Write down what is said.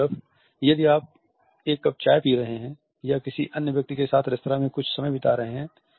दूसरी तरफ यदि आप एक कप चाय पी रहे हैं या किसी अन्य व्यक्ति के साथ रेस्तरां में कुछ समय बिता रहे हैं